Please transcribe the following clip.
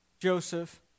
Joseph